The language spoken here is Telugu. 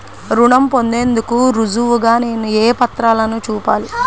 రుణం పొందేందుకు రుజువుగా నేను ఏ పత్రాలను చూపాలి?